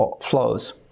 flows